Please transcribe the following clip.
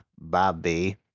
Bobby